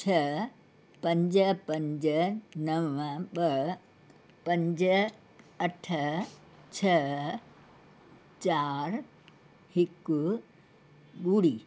छह पंज पंज नव ॿ पंज अठ छह चारि हिकु ॿुड़ी